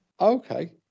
Okay